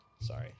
Sorry